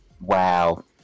Wow